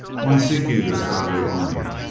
why seek ye this godly army?